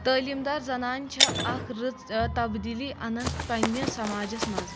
تعلیٖم دار زَنان چھےٚ اکھ رٕژ تبدیٖلی اَنان پَنٕنِس سَماجس منٛز